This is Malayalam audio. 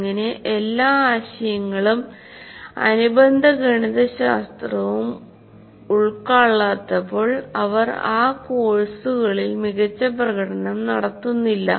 അങ്ങിനെ എല്ലാ ആശയങ്ങളും അനുബന്ധ ഗണിതശാസ്ത്രവും ഉൾക്കൊള്ളാത്തപ്പോൾ അവർ ആ കോഴ്സുകളിൽ മികച്ച പ്രകടനം നടത്തുന്നില്ല